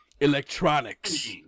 Electronics